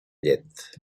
llet